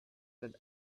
that